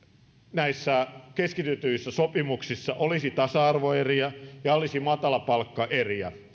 näissä keskitetyissä sopimuksissa olisi tasa arvoeriä ja olisi matalapalkkaeriä